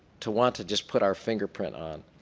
to want to just put our fingerprint on.